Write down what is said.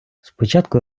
спочатку